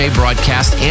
broadcast